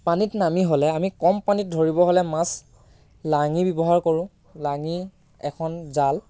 পানীত নামি হ'লে আমি কম পানীত ধৰিব হ'লে মাছ লাঙি ব্যৱহাৰ কৰোঁ লাঙি এখন জাল